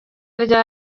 rya